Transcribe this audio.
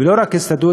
ולא רק הישרדות,